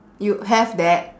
you have that